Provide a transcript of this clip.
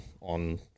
on